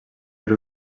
per